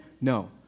No